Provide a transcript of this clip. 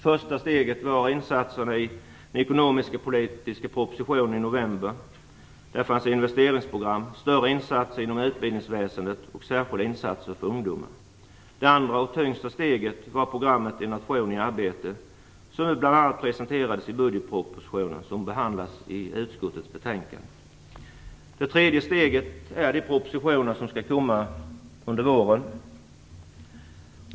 Första steget var insatserna i den ekonomiskpolitiska propositionen i november. Där fanns investeringsprogram, större insatser inom utbildningsväsendet och särskilda insatser för ungdomar. Det andra och tyngsta steget var programmet En nation i arbete. Det presenterades bl.a. i budgetpropositionen och behandlas i utskottets betänkande. Det tredje steget är de propositioner som skall komma under våren.